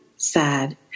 sad